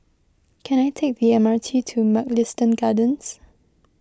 can I take the M R T to Mugliston Gardens